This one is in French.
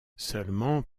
seulement